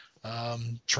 Try